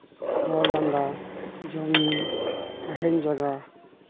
ᱨᱚᱲ ᱞᱟᱸᱫᱟ ᱡᱚᱢ ᱧᱩ ᱛᱟᱦᱮᱱ ᱡᱟᱭᱜᱟ